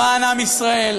למען עם ישראל,